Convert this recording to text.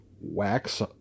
wax